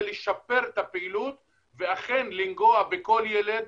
לשפר את הפעילות ואכן לנגוע בכל ילד